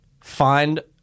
find